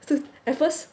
so at first